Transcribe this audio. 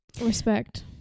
Respect